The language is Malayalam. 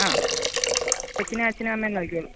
ആ കൊച്ചിനെ അച്ഛനും അമ്മയും നോക്കിക്കോളും